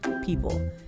people